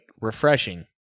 refreshing